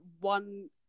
one